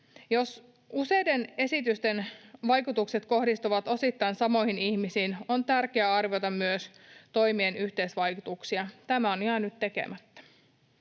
Jos useiden esitysten vaikutukset kohdistuvat osittain samoihin ihmisiin, on tärkeää arvioida myös toimien yhteisvaikutuksia. Tämä on jäänyt tekemättä.